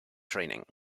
training